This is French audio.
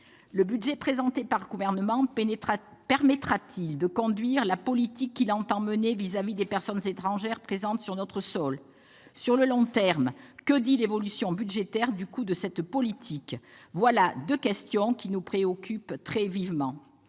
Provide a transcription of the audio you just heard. Le budget présenté par le Gouvernement permettra-t-il de conduire la politique que celui-ci entend mener vis-à-vis des personnes étrangères présentes sur notre sol ? Sur le long terme, que dit l'évolution budgétaire du coût de cette politique ? Voilà deux questions qui nous préoccupent vivement.